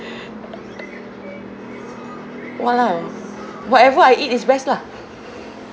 !walao! whatever I eat is best lah